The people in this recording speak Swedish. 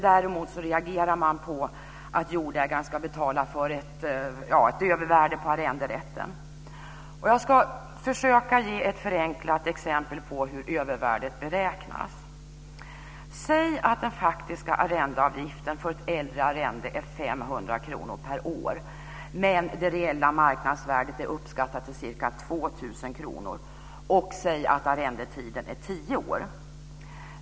Däremot reagerar man på att jordägaren ska betala för ett "övervärde" på arrenderätten. Jag ska försöka ge ett förenklat exempel på hur övervärdet beräknas. Säg att den faktiska arrendeavgiften för ett äldre arrende är 500 kr per år, men det reella marknadsvärdet är uppskattat till ca 2 000 kr, och säg att arrendetiden är tio år.